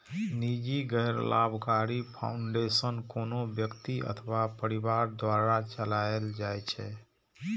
निजी गैर लाभकारी फाउंडेशन कोनो व्यक्ति अथवा परिवार द्वारा चलाएल जाइ छै